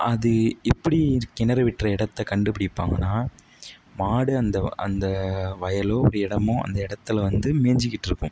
அது எப்படி கிணறு வெட்டுற இடத்த கண்டுப்பிடிப்பாங்கன்னா மாடு அந்த அந்த வயலோ ஒரு இடமோ அந்த இடத்துல வந்து மேய்ஞ்சிக்கிட்ருக்கும்